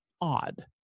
odd